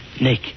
Nick